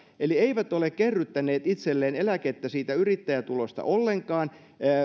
eli eivät ole kerryttäneet itselleen eläkettä siitä yrittäjätulosta ollenkaan